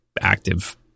active